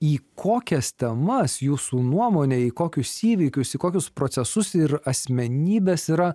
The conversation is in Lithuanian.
į kokias temas jūsų nuomone į kokius įvykius į kokius procesus ir asmenybes yra